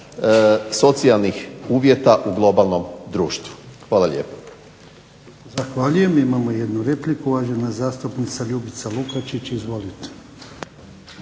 socijalnih uvjeta u globalnom društvu. Hvala lijepo. **Jarnjak, Ivan (HDZ)** Zahvaljujem. Imamo jednu repliku, uvažena zastupnica Ljubica Lukačić. Izvolite.